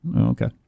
Okay